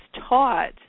taught